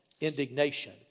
indignation